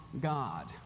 God